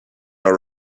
are